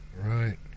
Right